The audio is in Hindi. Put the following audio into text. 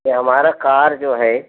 यह हमारा कार जो है